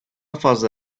fazla